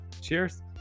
Cheers